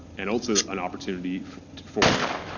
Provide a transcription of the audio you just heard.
and also an opportunity for